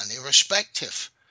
irrespective